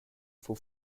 for